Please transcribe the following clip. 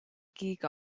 gig